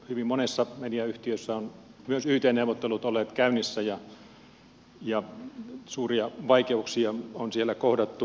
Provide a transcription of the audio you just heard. hyvin monessa mediayhtiössä ovat myös yt neuvottelut olleet käynnissä ja suuria vaikeuksia on siellä kohdattu